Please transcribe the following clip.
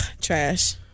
Trash